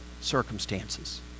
circumstances